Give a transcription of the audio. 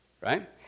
right